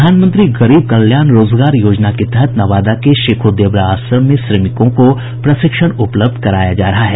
प्रधानमंत्री गरीब कल्याण रोजगार योजना के तहत नवादा के शेखोदेवरा आश्रम में श्रमिकों को प्रशिक्षण उपलब्ध कराया जा रहा है